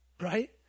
right